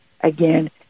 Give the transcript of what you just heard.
again